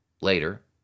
later